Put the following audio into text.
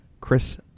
Chris